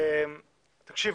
תקשיבו,